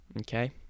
Okay